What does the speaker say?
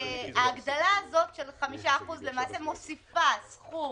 ההגדלה הזאת של 5% למעשה מוסיפה סכום